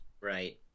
Right